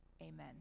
amen